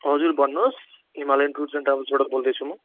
हजुर भन्नुहोस् Himalayan tours and ट्राभेल्सबाट बोल्दैछु म